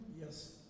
Yes